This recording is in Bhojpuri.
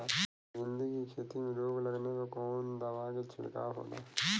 भिंडी की खेती में रोग लगने पर कौन दवा के छिड़काव खेला?